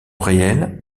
réel